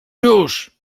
już